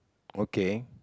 okay